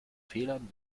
fehlern